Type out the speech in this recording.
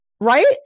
right